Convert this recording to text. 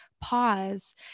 pause